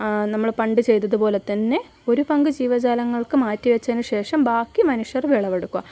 നമ്മൾ പണ്ട് ചെയ്തത് പോലെ തന്നെ ഒരു പങ്ക് ജീവജാലങ്ങൾക്കും മാറ്റി വച്ചതിന് ശേഷം ബാക്കി മനുഷ്യർ വിളവെടുക്കുക